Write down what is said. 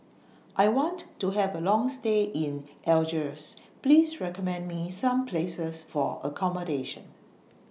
I want to Have A Long stay in Algiers Please recommend Me Some Places For accommodation